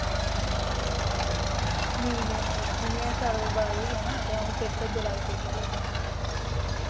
नेईं नेईं नेईं कुड़िये दा साल बर्बाद होई जाना ते अ'ऊं पेपर दलाई छोड़गी कोई चक्कर निं